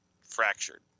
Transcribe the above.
fractured